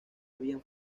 habían